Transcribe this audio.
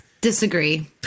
disagree